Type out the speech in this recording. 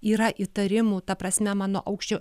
yra įtarimų ta prasme mano aukščio